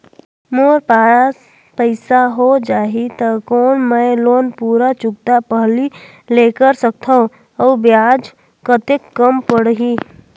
मोर पास पईसा हो जाही त कौन मैं लोन पूरा चुकता पहली ले कर सकथव अउ ब्याज कतेक कम पड़ही?